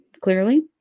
clearly